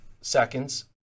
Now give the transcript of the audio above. seconds